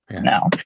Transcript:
No